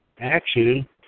action